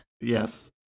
yes